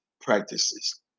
practices